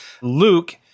Luke